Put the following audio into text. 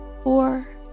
four